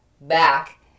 back